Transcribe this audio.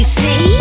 see